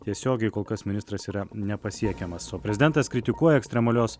tiesiogiai kol kas ministras yra nepasiekiamas o prezidentas kritikuoja ekstremalios